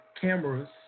cameras